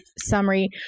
summary